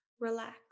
relax